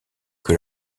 que